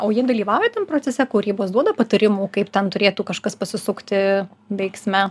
o jie dalyvauja tam procese kūrybos duoda patarimų kaip ten turėtų kažkas pasisukti veiksme